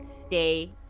stay